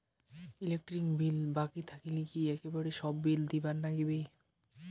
Electric bill বাকি থাকিলে কি একেবারে সব বিলে দিবার নাগিবে?